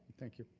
thank you.